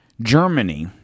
Germany